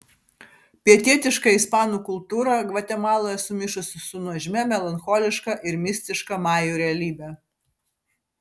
pietietiška ispanų kultūra gvatemaloje sumišusi su nuožmia melancholiška ir mistiška majų realybe